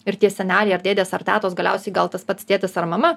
ir tie seneliai ar dėdės ar tetos galiausiai gal tas pats tėtis ar mama